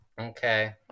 Okay